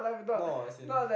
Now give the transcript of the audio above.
no as in